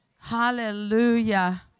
Hallelujah